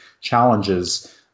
challenges